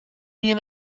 been